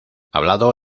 hablado